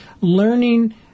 learning